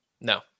No